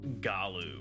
Galu